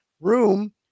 room